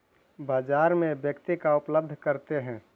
बाजार में व्यक्ति का उपलब्ध करते हैं?